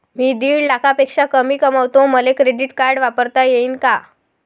मी दीड लाखापेक्षा कमी कमवतो, मले क्रेडिट कार्ड वापरता येईन का?